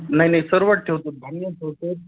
नाही नाही सर्वच ठेवतो धान्यच ठेवतं